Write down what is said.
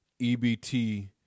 EBT